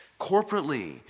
corporately